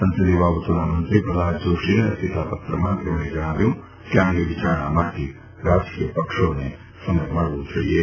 સંસદીય બાબતોના મંત્રી પ્રહલાદ જોશીને લખેલા પત્રમાં તેમણે જણાવ્યું છે કે આ અંગે વિચારણા માટે રાજકીય પક્ષોને સમય મળવો જોઈએ